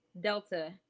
Delta